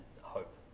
hope